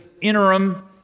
interim